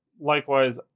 Likewise